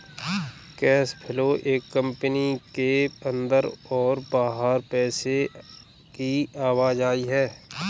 cash flow एक company के अंदर और बाहर पैसे की आवाजाही है